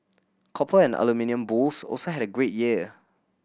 copper and aluminium bulls also had a great year